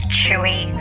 chewy